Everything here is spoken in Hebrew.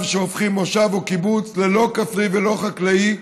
שהופכים מושב או קיבוץ ללא כפרי ולא חקלאי,